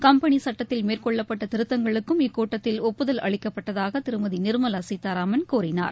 company சட்டத்தில் மேற்கொள்ளப்பட்ட திருத்தங்களுக்கும் இக்கூட்டத்தில் ஒப்புதல் அளிக்கப்பட்டதாக திருமதி நிர்மலா சீதாராமன் கூறினார்